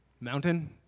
mountain